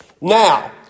Now